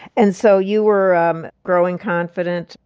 and so you were um growing confident.